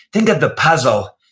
think of the puzzle.